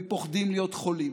הם פוחדים להיות חולים.